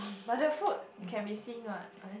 but the food can be seeing what